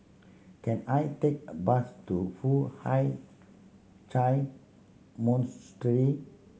can I take a bus to Foo Hai Monastery